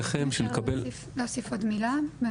אם אפשר להוסיף עוד מילה.